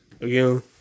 again